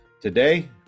today